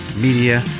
media